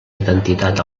identitat